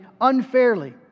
unfairly